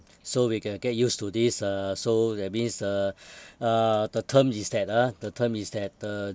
so we get get used to this uh so that means uh uh the terms is that uh the term is that uh